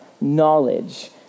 knowledge